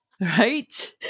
Right